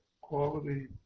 quality